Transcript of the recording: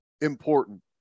important